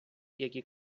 які